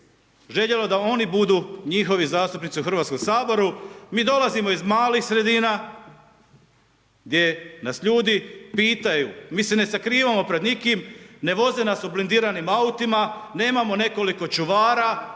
željelo da oni budu njihovi zastupnici u Hrvatskom saboru, mi dolazimo iz malih sredina, gdje nas ljudi pitaju, mi se ne sakrivamo pred nikim, ne voze nas u blindiranim autima, nemamo nekoliko čuvara,